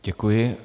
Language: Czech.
Děkuji.